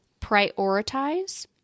prioritize